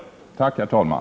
Tack, herr talman.